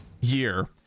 year